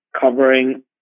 covering